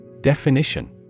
Definition